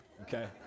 okay